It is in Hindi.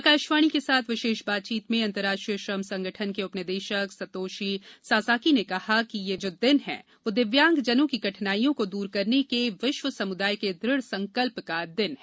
आकाशवाणी के साथ विशेष बातचीत में अंतर्राष्ट्रीय श्रम संगठन के उपनिदेशक सतोषी सासाकी ने कहा कि यह दिवस दिव्यांग जनों की कठिनाईयों को दूर करने के विश्व समुदाय के दृढ़ संकल्प का दिन है